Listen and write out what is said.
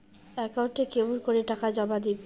একাউন্টে কেমন করি টাকা জমা দিম?